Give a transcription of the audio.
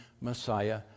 Messiah